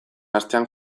astean